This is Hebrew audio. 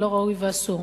לא ראוי ואסור.